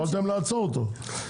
יכולתם לעצור אותו.